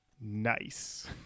Nice